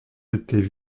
étaient